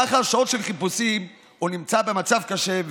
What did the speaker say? לאחר שעות של חיפושים הוא נמצא במצב קשה,